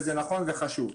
וזה נכון וזה חשוב.